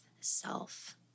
self